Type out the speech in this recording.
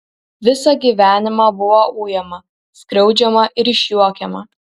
visą gyvenimą buvo ujama skriaudžiama ir išjuokiama